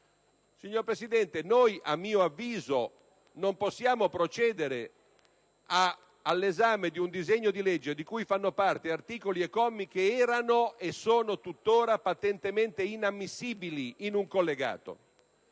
Signor Presidente, noi, a mio avviso, non possiamo procedere all'esame di un disegno di legge di cui fanno parte articoli e commi che erano - e sono tuttora -patentemente inammissibili in un collegato.